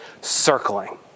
circling